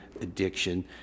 addiction